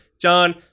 John